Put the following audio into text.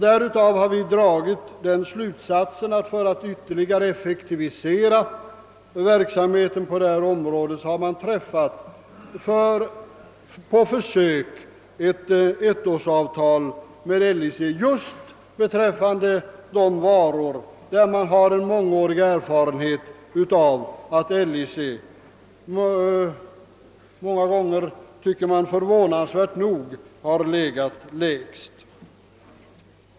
Därav har vi dragit slutsatsen att det, för att ytterligare effektivisera verksamheten på detta område, var lämpligt att på försök träffa ettårsavtal med LIC. Detta har sålunda skett just beträffande varor där vi har erfarenhet av att LIC sedan många år — ofta till vår förvåning — legat lägst.